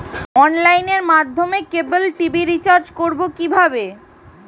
অনলাইনের মাধ্যমে cable TV recharge করব কি করে?